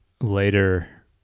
later